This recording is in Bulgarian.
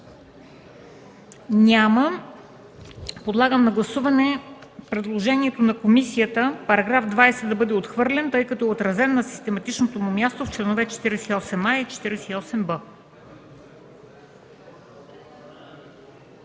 Няма. Подлагам на гласуване предложението на комисията § 20 да бъде отхвърлен, тъй като е отразен на систематичното му място в членове 48а и 48б.